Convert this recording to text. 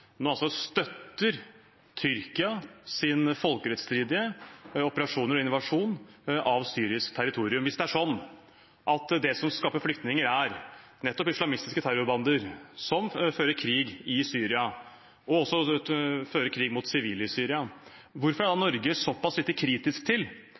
nå støtter Tyrkias folkerettsstridige operasjoner og invasjon av syrisk territorium. Hvis det er sånn at det som skaper flyktninger, er nettopp islamistiske terrorbander som fører krig i Syria, og også fører krig mot sivile i Syria, hvorfor er da Norge såpass lite kritisk til